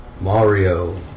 Mario